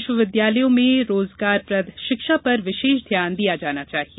विश्वविद्यालयों में रोजगारप्रद शिक्षा पर विशेष ध्यान दिया जाना चाहिए